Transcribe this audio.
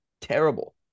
terrible